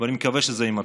ואני מקווה שזה יימצא.